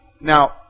Now